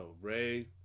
Ray